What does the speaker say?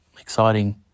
Exciting